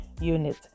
Unit